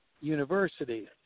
university